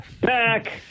Back